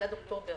מדד אוקטובר.